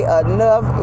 enough